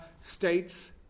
states